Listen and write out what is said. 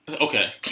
okay